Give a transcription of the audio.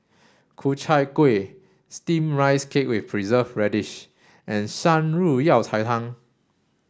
Ku Chai Kuih steamed rice cake with preserved radish and Shan Rui Yao Cai Tang